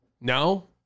No